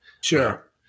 Sure